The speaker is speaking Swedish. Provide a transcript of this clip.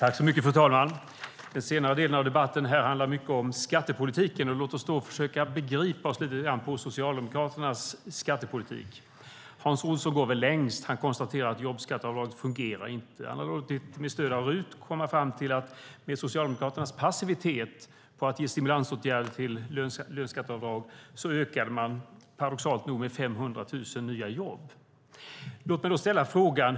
Fru talman! Den senare delen av debatten har handlat mycket om skattepolitiken. Låt oss försöka begripa oss på Socialdemokraternas skattepolitik. Hans Olsson går längst; han konstaterar att jobbskatteavdraget inte fungerar. Med stöd av RUT har han kommit fram till att med Socialdemokraternas passivitet när det gäller att ge stimulansåtgärder till löneskatteavdrag ökade man paradoxalt nog antalet jobb med 500 000.